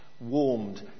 warmed